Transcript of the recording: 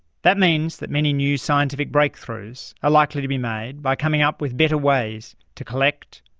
that means that many new scientific breakthroughs are likely to be made by coming up with better ways to collect,